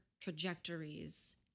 trajectories